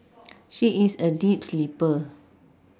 she is a deep sleeper